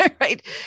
right